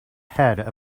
head